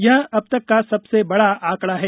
यह अब तक का सबसे बड़ा आंकड़ा है